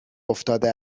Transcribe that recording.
افتاده